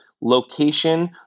location